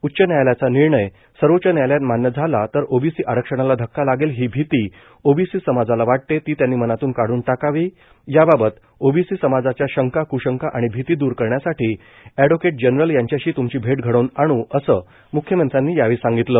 उच्च न्यायालयाचा निर्णय सर्वोच्च न्यायालयात मान्य झाला तर ओबीसी आरक्षणाला धक्का लागेल ही भीती ओबीसी समाजाला वाटते ती त्यांनी मनातून काढून टाकावी याबाबत ओबीसी समाजाच्या शंका क्शंका आणि भीती दूर करण्यासाठी एडव्होकेट जनरल यांच्याशी त्मची भेट घडवून आणू असं म्ख्यमंत्र्यांनी सांगितलं